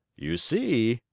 you see,